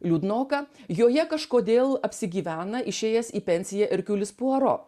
liūdnoka joje kažkodėl apsigyvena išėjęs į pensiją ierkiulis puaro